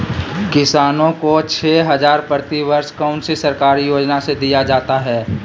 किसानों को छे हज़ार प्रति वर्ष कौन सी सरकारी योजना से दिया जाता है?